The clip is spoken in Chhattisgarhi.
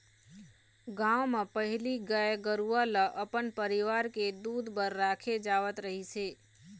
गाँव म पहिली गाय गरूवा ल अपन परिवार के दूद बर राखे जावत रहिस हे